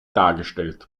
dargestellt